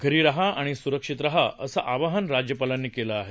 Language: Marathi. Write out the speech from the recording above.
घरी रहा आणि स्रक्षित रहा असं आवाहन राज्यपालांनी केलं आहे